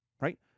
right